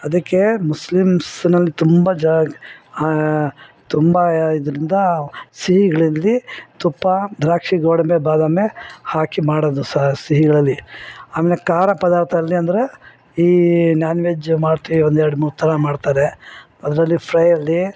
ಅದಕ್ಕೆ ಮುಸ್ಲಿಮ್ಸ್ನಲ್ಲಿ ತುಂಬ ಜಾ ತುಂಬ ಯ ಇದರಿಂದ ಸಿಹಿಗಳಲ್ಲಿ ತುಪ್ಪ ದ್ರಾಕ್ಷಿ ಗೋಡಂಬಿ ಬಾದಾಮಿ ಹಾಕಿ ಮಾಡೋದು ಸಹ ಸಿಹಿಗಳಲ್ಲಿ ಆಮೇಲೆ ಖಾರ ಪದಾರ್ಥ ಅಲ್ಲಿ ಅಂದರೆ ಈ ನಾನ್ ವೆಜ್ ಮಾಡ್ತೀವಿ ಒಂದು ಎರಡು ಮೂರು ಥರ ಮಾಡ್ತಾರೆ ಅದರಲ್ಲಿ ಫ್ರೈ ಅಲ್ಲಿ